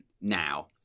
now